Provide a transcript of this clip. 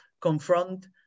confront